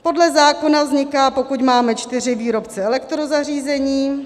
Podle zákona vzniká, pokud máme čtyři výrobce elektrozařízení.